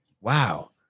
Wow